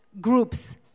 groups